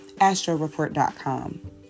AstroReport.com